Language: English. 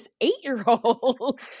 eight-year-old